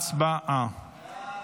הצבעה.